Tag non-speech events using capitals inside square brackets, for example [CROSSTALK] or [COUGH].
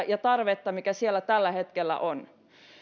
[UNINTELLIGIBLE] ja tarve mikä siellä tällä hetkellä on